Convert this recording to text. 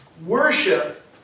Worship